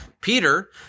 Peter